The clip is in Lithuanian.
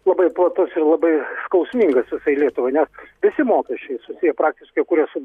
labai platus ir labai skausmingas visai lietuvai nes visi mokesčiai susiję praktiškai kurie su